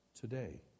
Today